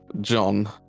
John